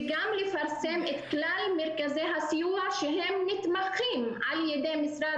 וגם לפרסם את כלל מרכזי הסיוע שהם נתמכים על ידי משרד